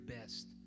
best